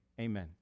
amen